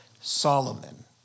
Solomon